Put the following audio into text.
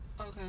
okay